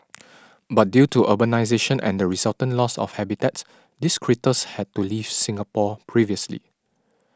but due to urbanisation and the resultant loss of habitats these critters had to leave Singapore previously